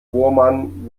bohrmann